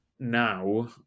Now